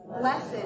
Blessed